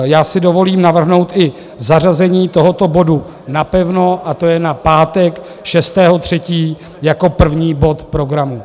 Já si dovolím navrhnout i zařazení tohoto bodu napevno, a to na pátek 6. 3. jako první bod programu.